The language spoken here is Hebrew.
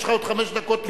יש לך עוד חמש דקות תמימות,